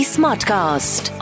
Smartcast